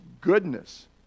goodness